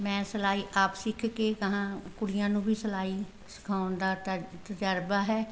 ਮੈਂ ਸਿਲਾਈ ਆਪ ਸਿੱਖ ਕੇ ਅਗਾਂਹ ਕੁੜੀਆਂ ਨੂੰ ਵੀ ਸਿਲਾਈ ਸਿਖਾਉਣ ਦਾ ਤਾ ਤਜਰਬਾ ਹੈ